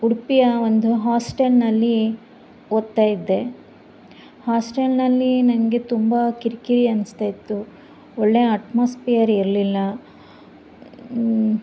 ಉಡುಪಿಯ ಒಂದು ಹಾಸ್ಟೆಲ್ನಲ್ಲಿ ಓದ್ತಾಯಿದ್ದೆ ಹಾಸ್ಟೆಲ್ನಲ್ಲಿ ನಂಗೆ ತುಂಬ ಕಿರಿಕಿರಿ ಅನಿಸ್ತಾಯಿತ್ತು ಒಳ್ಳೆ ಅಟ್ಮಾಸ್ಪಿಯರ್ ಇರಲಿಲ್ಲ